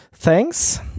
Thanks